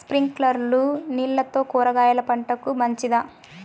స్ప్రింక్లర్లు నీళ్లతో కూరగాయల పంటకు మంచిదా?